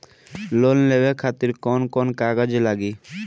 Loan लेवे खातिर कौन कौन कागज लागी?